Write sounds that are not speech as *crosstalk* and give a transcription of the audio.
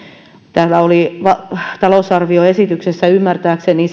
täällä oli talousarvioesityksessä ymmärtääkseni *unintelligible*